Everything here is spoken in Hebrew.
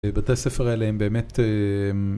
בתי הספר האלה הם באמת...